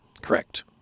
Correct